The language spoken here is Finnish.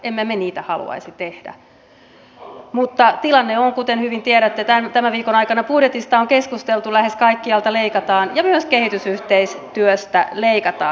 emme me niitä haluaisi tehdä mutta tilanne on kuten hyvin tiedätte tämän viikon aikana budjetista on keskusteltu että lähes kaikkialta leikataan ja myös kehitysyhteistyöstä leikataan